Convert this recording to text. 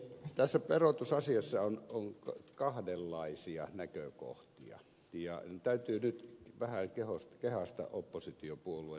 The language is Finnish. tässä verotusasiassa on kahdenlaisia näkökohtia ja täytyy nyt vähän kehaista oppositiopuolue demareita